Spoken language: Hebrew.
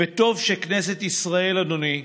וטוב שכנסת ישראל, אדוני,